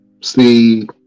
see